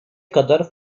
kadar